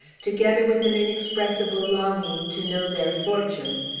together with an inexpressible longing to know their fortunes,